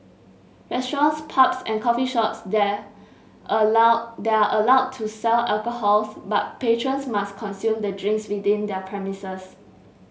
restaurants pubs and coffee shops there allow they are allowed to sell alcohols but patrons must consume the drinks within their premises